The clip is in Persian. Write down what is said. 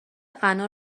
غنا